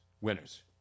winners